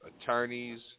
Attorneys